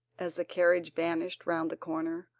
as the carriage vanished round the corner.